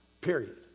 period